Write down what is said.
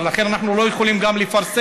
ולכן אנחנו לא יכולים לפרסם.